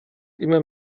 immer